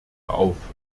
auf